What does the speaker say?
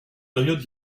période